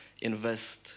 invest